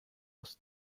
aus